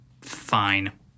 Fine